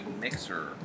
mixer